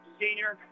senior